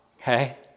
okay